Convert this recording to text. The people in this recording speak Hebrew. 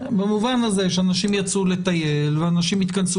במובן הזה שאנשים יצאו לטייל ואנשים התכנסו